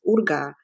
Urga